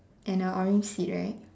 and a orange seat right